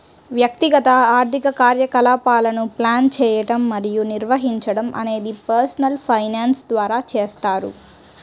వ్యక్తిగత ఆర్థిక కార్యకలాపాలను ప్లాన్ చేయడం మరియు నిర్వహించడం అనేది పర్సనల్ ఫైనాన్స్ ద్వారా చేస్తారు